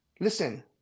listen